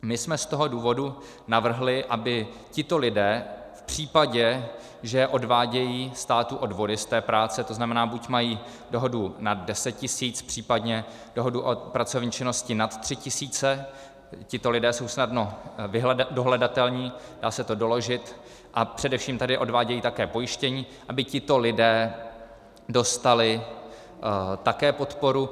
My jsme z toho důvodu navrhli, aby tito lidé v případě, že odvádějí státu odvody z té práce, to znamená, buď mají dohodu nad 10 tisíc, případně dohodu o pracovní činnosti nad 3 tisíce, tito lidé jsou snadno dohledatelní, dá se to doložit, a především tady odvádějí také pojištění, aby tito lidé dostali také podporu.